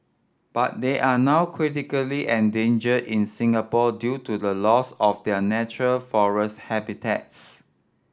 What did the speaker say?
but they are now critically endangered in Singapore due to the loss of their natural forest habitats